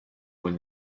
when